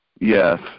Yes